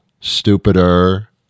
stupider